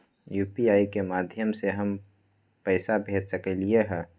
UPI के माध्यम से हम पैसा भेज सकलियै ह?